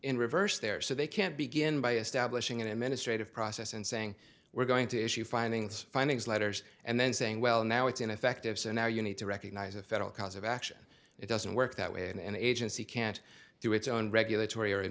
in reverse there so they can't begin by establishing an administrative process and saying we're going to issue findings findings letters and then saying well now it's ineffective so now you need to recognize a federal cause of action it doesn't work that way and the agency can't do its own regulatory